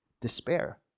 Despair